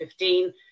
2015